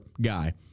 guy